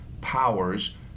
powers